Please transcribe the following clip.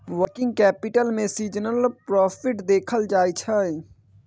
working capital में सीजनलो profit देखल जाइ छइ